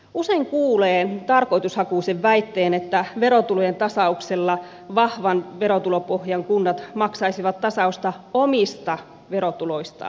usein kuulee tarkoitushakuisen väitteen että verotulojen tasauksella vahvan verotulopohjan kunnat maksaisivat tasausta omista verotuloistaan